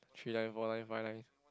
three line four line five line